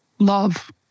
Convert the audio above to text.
Love